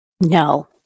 No